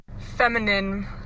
feminine